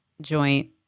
joint